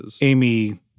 Amy